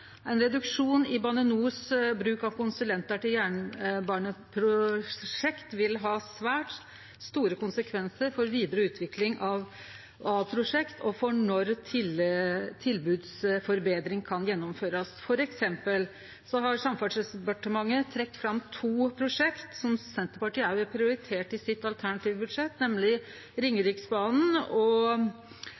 Ein reduksjon i Bane NORs bruk av konsulentar i jernbaneprosjekt vil ha svært store konsekvensar for vidare utvikling av prosjekt, og for når betring av tilbod kan gjennomførast. For eksempel har Samferdselsdepartementet trekt fram to prosjekt som Senterpartiet òg har prioritert i sitt alternative budsjett, nemleg Ringeriksbanen og